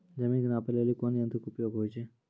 जमीन के नापै लेली कोन यंत्र के उपयोग होय छै?